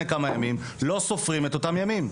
לא סופרים את אותם ימים.